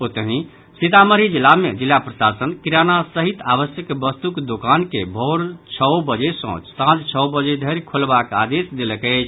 ओतहि सीतामढ़ी जिला मे जिला प्रशासन किराना सहित आवश्यक वस्तुक दूकान के भोर छओ बजे सँ सांझ छओ बजे धरि खोलबाक आदेश देलक अछि